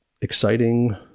exciting